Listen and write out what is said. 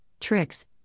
tricks